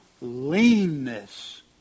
leanness